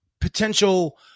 potential